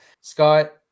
Scott